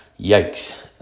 Yikes